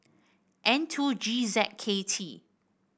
N two G Z K T